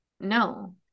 No